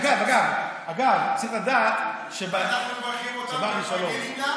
אגב, צריך לדעת, אנחנו מברכים אותה ומפרגנים לה.